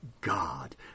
God